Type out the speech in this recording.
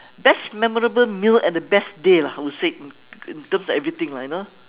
best memorable meal and the best day lah I would say in terms of everything lah you know